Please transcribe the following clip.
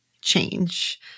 change